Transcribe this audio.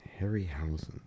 Harryhausen